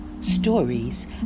Stories